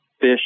fish